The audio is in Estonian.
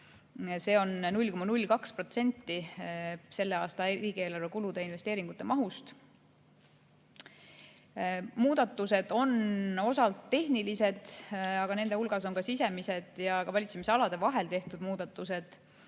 See on 0,02% selle aasta riigieelarve kulude ja investeeringute mahust. Muudatused on osalt tehnilised, aga nende hulgas on ka sisemised ja valitsemisalade vahel tehtud muudatused.